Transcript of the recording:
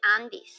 Andes